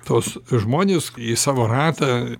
tuos žmones į savo ratą